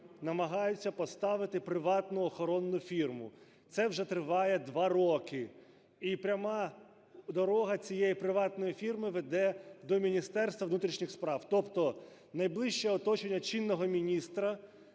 намагаються поставити приватну охоронну фірму. Це вже триває два роки. І пряма дорога цієї приватної фірми веде до Міністерства внутрішніх справ. Тобто найближче оточення чинного міністра